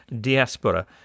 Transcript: diaspora